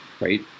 right